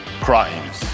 crimes